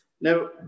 Now